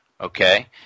Okay